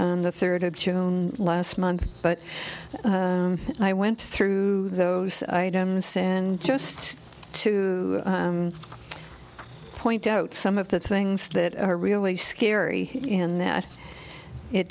on the third of june last month but i went through those items and just to point out some of the things that are really scary in that it